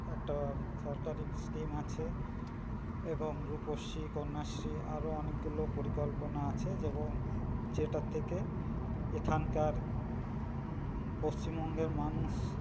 একটা সরকারি স্কিম আছে এবং রূপশ্রী কন্যাশ্রী আরও অনেকগুলো পরিকল্পনা আছে যেমন যেটার থেকে এখানকার পশ্চিমবঙ্গের মানুষ